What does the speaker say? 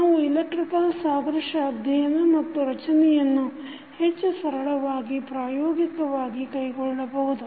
ನಾವು ಇಲೆಕ್ಟ್ರಿಕ್ ಸಾದೃಶ್ಯ ಅಧ್ಯಯನ ಮತ್ತು ರಚನೆಯನ್ನು ಹೆಚ್ಚು ಸರಳವಾಗಿ ಪ್ರಾಯೋಗಿಕವಾಗಿ ಕೈಕೊಳ್ಳಬಹುದು